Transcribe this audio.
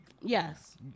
Yes